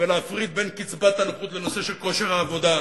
ולהפריד בין קצבת הנכות לנושא של כושר העבודה,